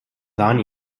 sahen